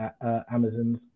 Amazon's